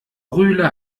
rühle